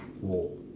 wall